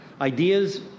Ideas